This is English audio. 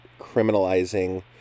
criminalizing